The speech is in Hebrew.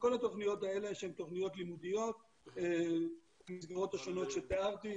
כל התוכניות האלה שהן תוכניות לימודיות במסגרות השונות שתיארתי,